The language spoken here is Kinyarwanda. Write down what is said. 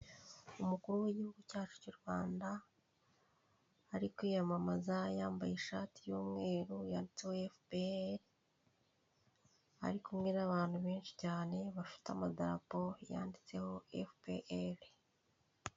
Umukuru w'igihugu cyacu cy'u Rwanda arikwiyamamaza yambaye ishati y'umweru yanditseho efuperi , arikumwe n'abantu benshi cyane bafite amadarapo yanditseho efuperi.